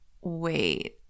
wait